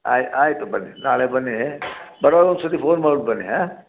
ಆಯ್ತು ಆಯಿತು ಬನ್ನಿ ನಾಳೆ ಬನ್ನಿ ಬರುವಾಗ ಒಂದು ಸರ್ತಿ ಫೋನ್ ಮಾಡ್ಬಿಟ್ ಬನ್ನಿ ಹಾಂ